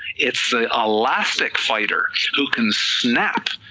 it's the elastic fighter who can snap